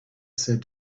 said